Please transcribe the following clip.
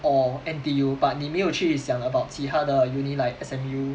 or N_T_U but 你没有去想 about 其他的 uni like S_M_U